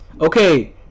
Okay